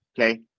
Okay